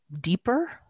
deeper